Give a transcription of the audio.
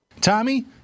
Tommy